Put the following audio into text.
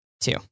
two